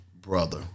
brother